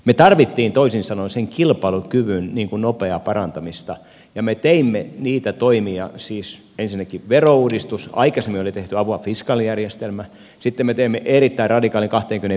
me tarvitsimme toisin sanoen sen kilpailukyvyn nopeaa parantamista ja me teimme niitä toimia siis ensinnäkin verouudistuksen aikaisemmin oli tehty avoir fiscal järjestelmä